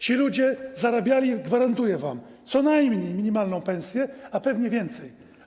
Ci ludzie zarabiali, gwarantuję wam, co najmniej minimalną pensję, a pewnie więcej.